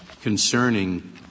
concerning